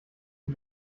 die